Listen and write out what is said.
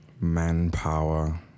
manpower